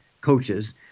coaches